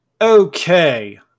Okay